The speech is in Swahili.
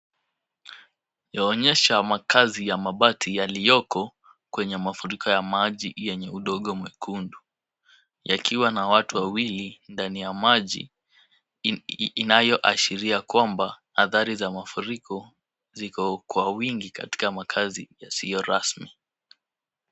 Yaonyesha makaazi ya mabati yaliyoko kwenye mafuriko ya maji yenye udongo mwekundu. Yakiwa na watu wawili ndani ya maji inayoashiria kwamba athari za mafuriko ziko kwa wingi katika makaazi yasiyo rasmi.